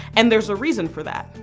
and there's a reason for that.